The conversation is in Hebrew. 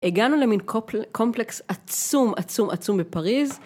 הגענו למין קומפלקס עצום עצום עצום בפריז.